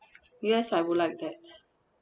yes I would like that